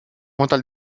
mental